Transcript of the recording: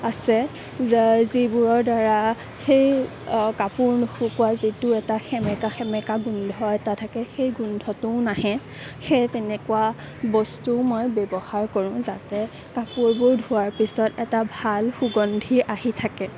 আছে যে যিবোৰৰ দ্বাৰা সেই কাপোৰ নুশুকোৱা যিটো এটা সেমেকা সেমেকা গোন্ধ এটা থাকে সেই গোন্ধটোও নাহে সেই তেনেকুৱা বস্তুও মই ব্যৱহাৰ কৰোঁ যাতে কাপোৰবোৰ ধোৱাৰ পিছত এটা ভাল সুগন্ধি আহি থাকে